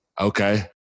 Okay